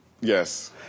yes